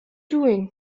doing